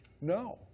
No